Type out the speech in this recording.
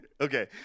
Okay